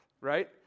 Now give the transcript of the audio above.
right